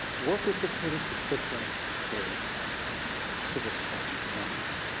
work with dictators, but push them towards civil society and democracy.